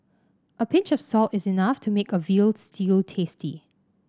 a pinch of salt is enough to make a veal stew tasty